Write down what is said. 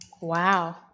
Wow